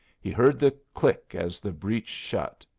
he heard the click as the breech shut,